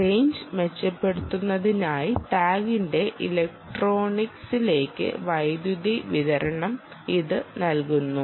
range മെച്ചപ്പെടുത്തുന്നതിനായി ടാഗിന്റെ ഇലക്ട്രോണിക്സിലേക്ക് വൈദ്യുതി വിതരണം ഇത് നൽകുന്നു